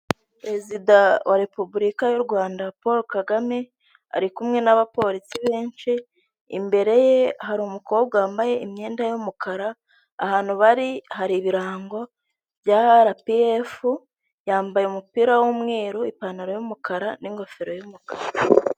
Perezida wa Repubulika y'u Rwanda Paul Kagame, ari kumwe n'abapolisi benshi, imbere ye hari umukobwa wambaye imyenda y'umukara, ahantu bari hari ibirango bya RPF yambaye umupira w'umweru ipantaro y'umukara n'ingofero y'umukara.